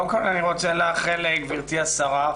קודם כל אני רוצה לאחל לגברתי השרה,